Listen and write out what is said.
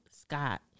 Scott